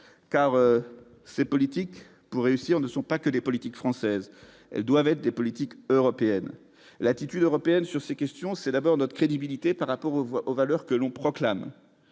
car ces politiques pour réussir, ne sont pas que des politiques françaises doivent être des politiques européennes, l'attitude européenne sur ces questions, c'est d'abord notre crédibilité par rapport aux voix aux valeurs que l'on proclame,